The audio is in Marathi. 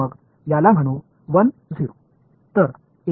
तर मग याला म्हणू 1 0